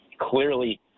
clearly